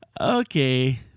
Okay